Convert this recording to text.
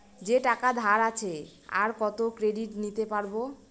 যে টাকা ধার আছে, আর কত ক্রেডিট নিতে পারবো?